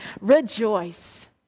Rejoice